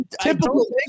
Typical